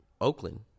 Oakland